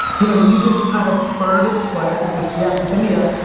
you know you just kind of spurred, that's why i just yapped with india,